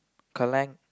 collect